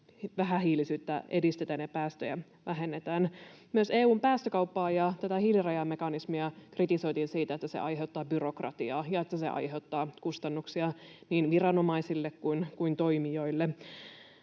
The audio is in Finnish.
miten vähähiilisyyttä edistetään ja päästöjä vähennetään. Myös EU:n päästökauppaa ja tätä hiilirajamekanismia kritisoitiin siitä, että se aiheuttaa byrokratiaa ja että se aiheuttaa kustannuksia niin viranomaisille kuin toimijoille,